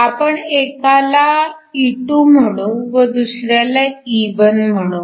आपण एकाला E2 म्हणू व दुसऱ्याला E1 म्हणू